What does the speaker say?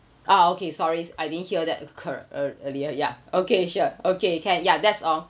ah okay sorry I didn't hear that corr~ earlier ya okay sure okay can ya that's all